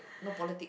no politics